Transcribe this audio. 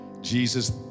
Jesus